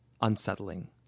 unsettling